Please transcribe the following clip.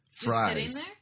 fries